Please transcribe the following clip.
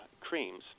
creams